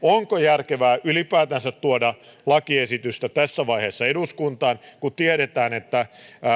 onko järkevää ylipäätänsä tuoda lakiesitystä tässä vaiheessa eduskuntaan kun tiedetään että